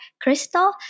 Crystal